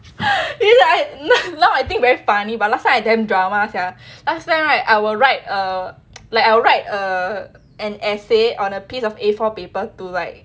now I think very funny but last time I damn drama sia last time right I will write err like I will write err an essay on a piece of A four paper to like